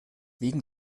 wegen